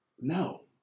No